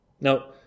Now